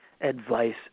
advice